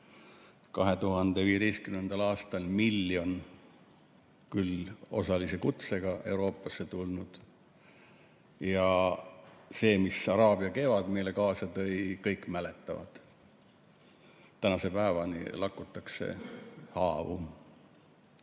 2015. aastal miljon, küll osalise kutsega, Euroopasse tulnut. Ja seda, mida araabia kevad meile kaasa tõi, kõik mäletavad. Tänase päevani lakutakse haavu.